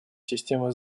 системы